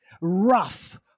rough